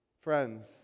Friends